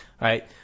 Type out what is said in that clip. Right